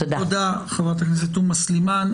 תודה, חברת הכנסת תומא סלימאן.